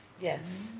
Yes